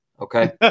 Okay